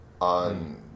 on